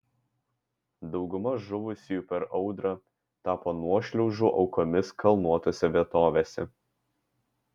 dauguma žuvusiųjų per audrą tapo nuošliaužų aukomis kalnuotose vietovėse